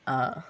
ആ